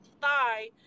thigh